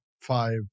five